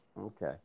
Okay